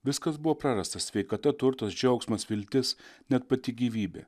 viskas buvo prarasta sveikata turtas džiaugsmas viltis net pati gyvybė